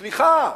סליחה,